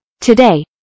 today